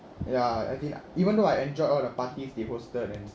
ya as in lah even though I enjoyed all the parties they hosted and